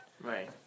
Right